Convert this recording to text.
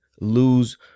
lose